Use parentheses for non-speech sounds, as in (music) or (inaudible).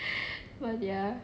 (laughs) what ya